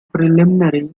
preliminary